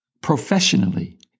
professionally